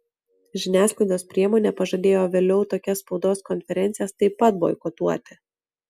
žiniasklaidos priemonė pažadėjo vėliau tokias spaudos konferencijas taip pat boikotuoti